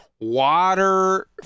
water